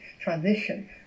transition